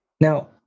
Now